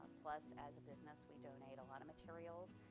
plus, as a business, we donate a lot of materials.